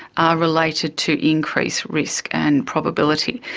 are related to increased risk and probability.